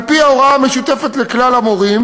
על-פי ההוראה המשותפת לכלל המורים.